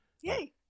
Yay